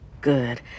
Good